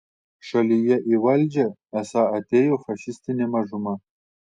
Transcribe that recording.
šalyje į valdžią esą atėjo fašistinė mažuma